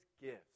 gifts